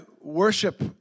worship